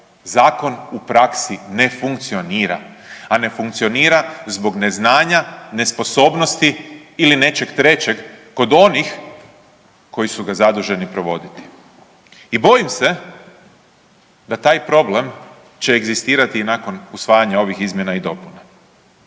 zakon u praksi ne funkcionira, a ne funkcionira zbog neznanja, nesposobnosti ili nečeg trećeg kod onih koji su ga zaduženi provoditi. I bojim se da taj problem će egzistirati i nakon usvajanja ovih izmjena i dopuna.